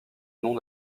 nom